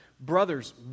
Brothers